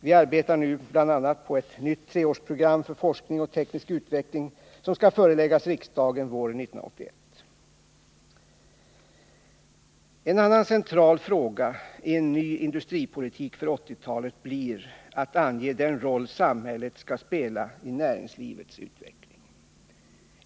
Vi arbetar nu bl.a. på ett nytt treårsprogram för forskning och teknisk utveckling, vilket skall föreläggas riksdagen våren 1981. En annan central fråga i en ny industripolitik för 1980-talet blir att ange den roll samhället skall spela i näringslivets utveckling.